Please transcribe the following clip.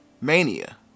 Mania